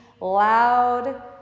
loud